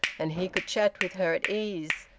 and he could chat with her at ease,